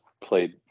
played